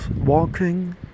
walking